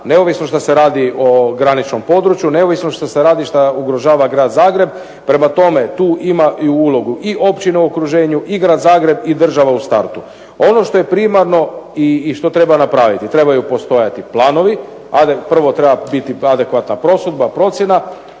neovisno što se radi o graničnom području, neovisno što se radi šta ugrožava Grad Zagreb. Prema tome, tu ima i ulogu i općine u okruženju i Grad Zagreb i država u startu. Ono što je primarno i što napraviti, trebaju postojati planovi, prvo treba biti adekvatna prosudba, procjena,